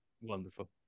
Wonderful